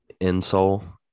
insole